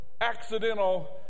accidental